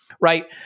right